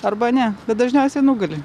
arba ne bet dažniausiai nugali